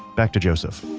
back to joseph